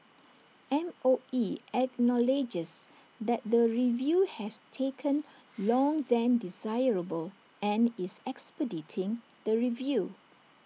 M O E acknowledges that the review has taken long than desirable and is expediting the review